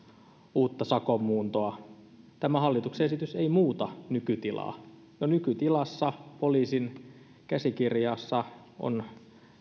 uutta sakon muuntoa tämä hallituksen esitys ei muuta nykytilaa nykytilassa poliisin käsikirjassa on